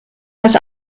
dass